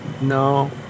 No